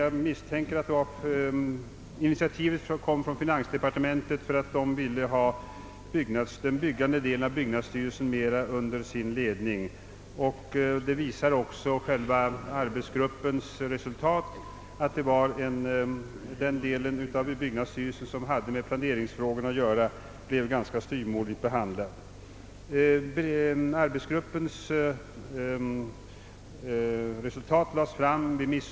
Jag misstänker att initiativet kom från finansdepartementet som ville få den byggande delen av byggnadsstyrelsen mera under sin ledning. Arbetsgruppens resultat visar också att den del av byggnadsstyrelsen som hade med planeringsfrågorna att göra blev ganska styvmoderligt behandlad.